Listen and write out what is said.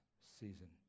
season